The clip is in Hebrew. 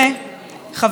חברות וחברים,